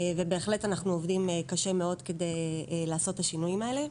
ובהחלט אנחנו עובדים קשה מאוד כדי לעשות את השינויים האלה.